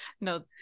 no